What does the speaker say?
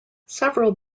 several